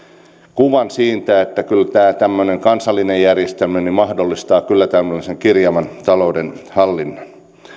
kuvan siitä että kyllä tämmöinen kansallinen järjestelmä mahdollistaa tämmöisen kirjavan taloudenhallinnan